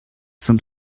some